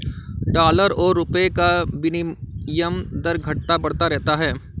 dollar और रूपए का विनियम दर घटता बढ़ता रहता है